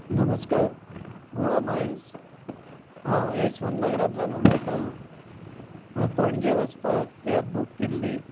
नमस्कार गोवा मायल्स हांव यशवंत नगरांतल्यान उलयतां हांवें पणजे वचपाक कॅब बूक केल्ली